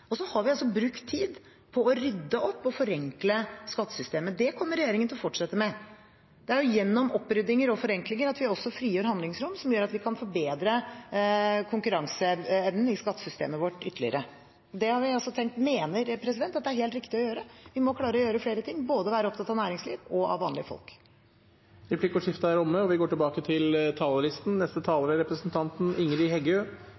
Så har vi brukt tid på å rydde opp i og forenkle skattesystemet. Det kommer regjeringen til å fortsette med. Det er gjennom oppryddinger og forenklinger vi også frigjør handlingsrom, slik at vi kan forbedre konkurranseevnen i skattesystemet vårt ytterligere. Det mener vi er helt riktig å gjøre. Vi må klare å gjøre flere ting, være opptatt av både næringsliv og vanlige folk. Replikkordskiftet er omme. Høg deltaking i arbeidslivet og eit rettferdig, omfordelande skattesystem gjev inntekter til